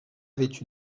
vêtus